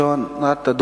מס' 2970,